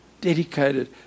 dedicated